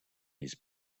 his